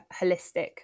holistic